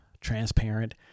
transparent